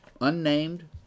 Unnamed